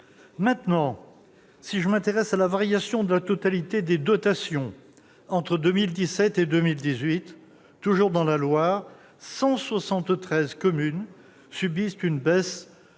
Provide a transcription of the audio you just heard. Maintenant, si je m'intéresse à la variation de la totalité des dotations entre 2017 et 2018, toujours dans la Loire, 173 communes subissent une diminution,